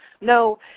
No